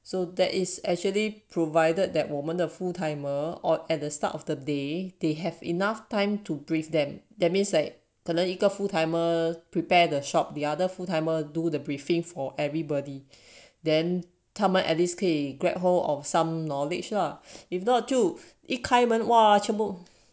so that is actually provided that 我们的 full timer or at the start of the day they have enough time to brief them that means like 可能一个 full timer prepare the shop the other full timer do the briefing for everybody then 他们 at least grab hold of some knowledge lah if not 就开门就